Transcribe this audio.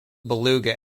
beluga